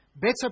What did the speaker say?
Better